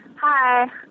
Hi